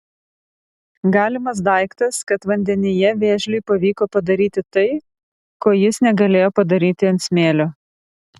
galimas daiktas kad vandenyje vėžliui pavyko padaryti tai ko jis negalėjo padaryti ant smėlio